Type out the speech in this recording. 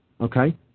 okay